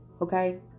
Okay